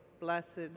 Blessed